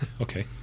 okay